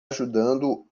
ajudando